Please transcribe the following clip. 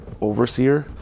overseer